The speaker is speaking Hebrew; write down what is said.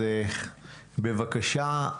בבקשה.